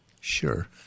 sure